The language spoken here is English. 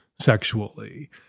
sexually